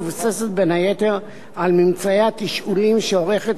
המבוססת בין היתר על ממצאי התשאולים שעורכת